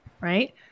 Right